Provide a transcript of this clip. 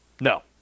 No